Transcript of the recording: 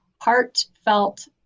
heartfelt